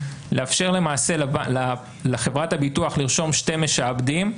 לאפשר למעשה לחברת הביטוח לרשום שני משעבדים,